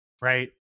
right